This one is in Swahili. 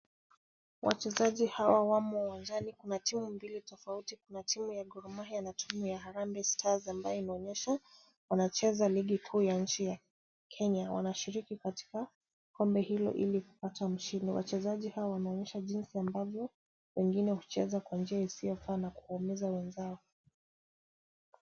Wachezaji hawa wamo uwanjani kuna timu mbili tofauti, kuna timu ya Gor Mahia na timu ya Harambee Stars ambayo inaonyesha wanacheza ligi kuu ya nchi ya Kenya, wanashiriki katika kombe hilo ili kupata mshindi. Wachezaji hawa wanaonyesha jinsi ambavyo wengine hucheza kwa njia isiyofaa na kuumiza wenzao.